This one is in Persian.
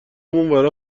اونورا